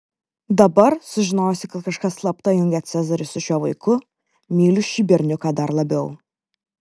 dabar sužinojusi kad kažkas slapta jungia cezarį su šiuo vaiku myliu šį berniuką dar labiau